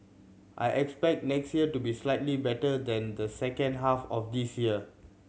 I expect next year to be slightly better than the second half of this year